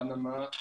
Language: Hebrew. פנמה,